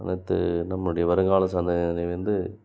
அனைத்து நம்முடைய வருங்கால சந்ததியினரை வந்து